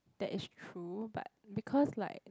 that is true but because like